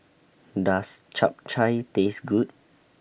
Does Chap Chai Taste Good